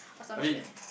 I mean